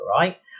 right